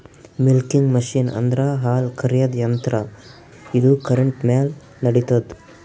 milking machine ಅಂದ್ರ ಹಾಲ್ ಕರ್ಯಾದ್ ಯಂತ್ರ ಇದು ಕರೆಂಟ್ ಮ್ಯಾಲ್ ನಡಿತದ್